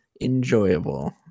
enjoyable